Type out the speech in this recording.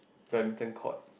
badminton court